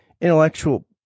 intellectual